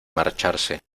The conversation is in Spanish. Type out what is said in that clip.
marcharse